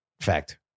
Fact